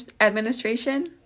administration